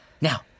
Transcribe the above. Now